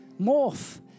Morph